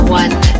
one